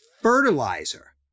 fertilizer